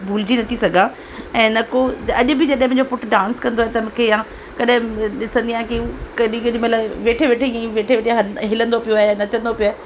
भुलिजी न थी सघां ऐं न को अॼु बि जॾहिं मुंहिंजो पुट डांस कंदो आहे त मूंखे या कॾहिं ॾिसंदी आहे कि केॾी केॾी महिल वेठे वेठे ईअं ई वेठे वेठे ह हिलंदो पियो आहे या नचंदो पियो आहे